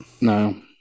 No